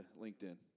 LinkedIn